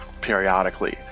periodically